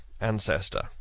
ancestor